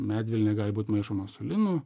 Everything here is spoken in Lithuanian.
medvilnė gali būt maišoma su linu